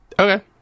Okay